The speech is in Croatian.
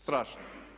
Strašno!